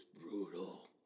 brutal